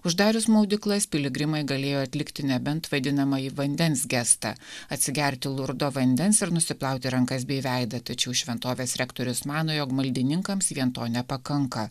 uždarius maudyklas piligrimai galėjo atlikti nebent vadinamąjį vandens gestą atsigerti lurdo vandens ir nusiplauti rankas bei veidą tačiau šventovės rektorius mano jog maldininkams vien to nepakanka